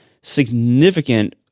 significant